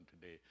today